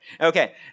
Okay